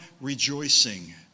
rejoicing